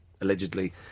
allegedly